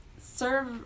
serve